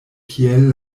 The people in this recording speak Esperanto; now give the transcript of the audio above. kiel